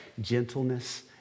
gentleness